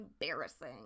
Embarrassing